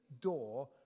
door